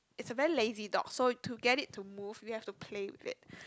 it's a very lazy dog so to get it to move we have to play with it